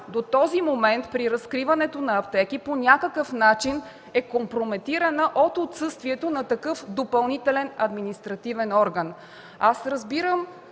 до този момент при разкриването на аптеки по някакъв начин е компрометирана от отсъствието на такъв допълнителен административен орган. Аз разбирам